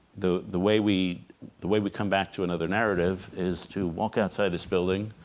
the the way we the way we come back to another narrative is to walk outside this building